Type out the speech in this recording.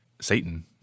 Satan